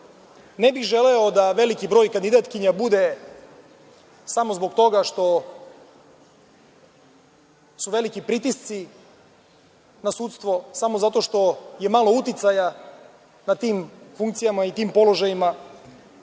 bih želeo da veliki broj kandidatkinja bude samo zbog toga što su veliki pritisci na sudstvo, samo zato što je malo uticaja na tim funkcijama i tim položajima,